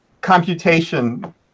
computation